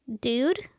dude